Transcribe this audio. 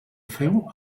feu